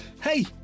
hey